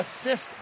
assist